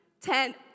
ten